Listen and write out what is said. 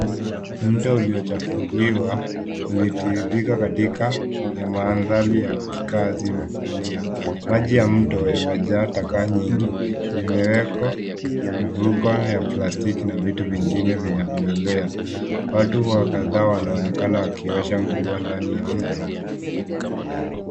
Mto uliochafuliwa, ulitiririka katika ya maandhari ya kikazi dunia. Maji ya mto yamejaa taka nyingi. Zimewekwa mifuko ya plastiki na vitu vingine vinavyoelea. Watu wa kadhaa wanaonekana wakiosha nguo ndani ya mto huo.